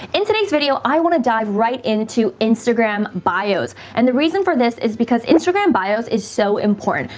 in today's video, i want to dive right into instagram bios and the reason for this is because instagram bios is so important,